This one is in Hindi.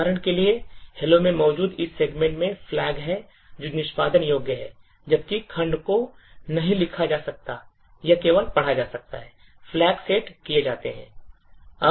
उदाहरण के लिए hello में मौजूद इस segment में flag हैं जो निष्पादन योग्य है जबकि खंड को नहीं लिखा जा सकता है यह केवल पढ़ा जाता है और flag सेट किए जाते हैं